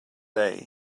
day